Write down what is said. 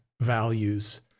values